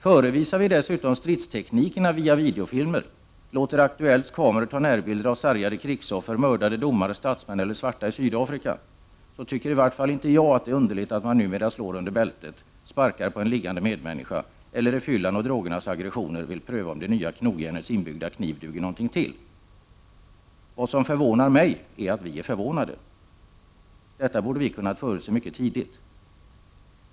Förevisar vi dessutom stridsteknikerna via videofilmer eller låter Aktuellts kameror ta närbilder av sargade krigsoffer, mördade domare, statsmän eller svarta i Sydafrika, tycker i vart fall inte jag att det är underligt att man numera slår under bältet, sparkar en liggande medmänniska, eller under fyllans och drogernas aggressioner vill pröva om det nya knogjärnets inbyggda kniv duger någonting till. Vad som förvånar mig är att vi är förvånade, för detta borde vi ha kunnat förutse mycket tidigt.